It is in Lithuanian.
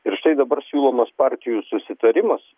ir štai dabar siūlomas partijų susitarimas